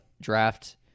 draft